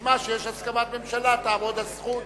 כשנשמע שיש הסכמת ממשלה תעמוד הזכות